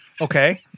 Okay